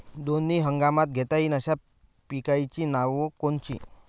दोनी हंगामात घेता येईन अशा पिकाइची नावं कोनची?